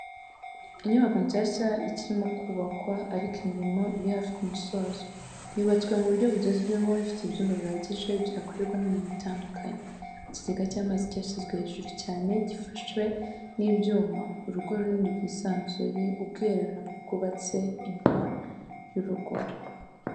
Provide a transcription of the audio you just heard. Inyubako nshyashya ikirimo kubakwa ariko imirimo iri hafi ku musozo, yubatswe mu buryo bugezweho ifite ibyumba bihagije byakorerwamo imirimo itandukanye, ikigega cy'amazi cyashyizwe hejuru cyane gifashwe n'ibyuma, urugo runini rwisanzuye, ubwiherero na bwo bwubatswe inyuma y'urugo.